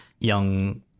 young